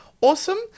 awesome